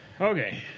Okay